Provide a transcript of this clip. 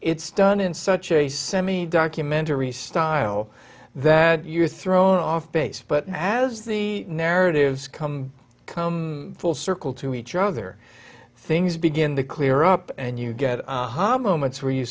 it's done in such a semi documentary style that you're thrown off base but as the narratives come come full circle to each other things begin to clear up and you get homu months where you